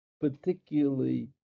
particularly